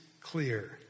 clear